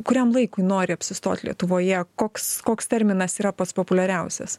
kuriam laikui nori apsistot lietuvoje koks koks terminas yra pats populiariausias